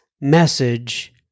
message